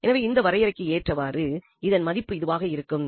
எனவே இந்த வரையறைக்கு ஏற்றவாறு இதன் மதிப்பு இதுவாக இருக்கும்